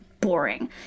boring